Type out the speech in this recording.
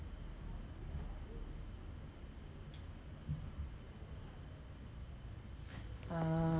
ah